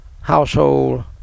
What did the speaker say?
household